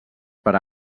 per